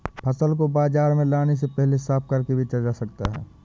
फसल को बाजार में लाने से पहले साफ करके बेचा जा सकता है?